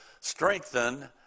strengthen